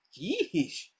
Yeesh